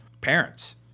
parents